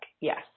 Yes